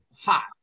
hot